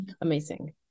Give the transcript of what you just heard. Amazing